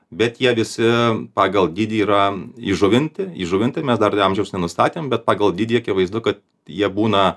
bet jie visi pagal dydį yra įžuvinti įžuvinti mes dar amžiaus nenustatėm bet pagal dydį akivaizdu kad jie būna